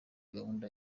gahunda